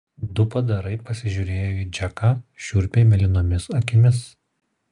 du padarai pasižiūrėjo į džeką šiurpiai mėlynomis akimis